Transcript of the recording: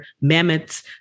mammoths